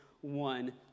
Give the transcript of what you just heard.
one